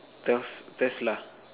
turf first lah